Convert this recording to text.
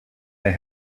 they